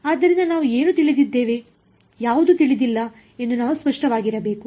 ಆದ್ದರಿಂದ ನಾವು ಏನು ತಿಳಿದಿದ್ದೇವೆ ಯಾವುದು ತಿಳಿದಿಲ್ಲ ಎಂದು ನಾವು ಸ್ಪಷ್ಟವಾಗಿರಬೇಕು